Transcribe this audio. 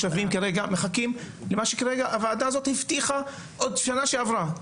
שני מיליון תושבים מחכים כרגע למה שהוועדה הזאת הבטיחה עוד בשנה שעברה.